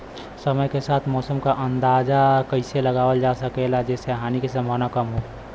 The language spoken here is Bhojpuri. समय के साथ मौसम क अंदाजा कइसे लगावल जा सकेला जेसे हानि के सम्भावना कम हो?